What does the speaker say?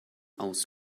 aus